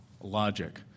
logic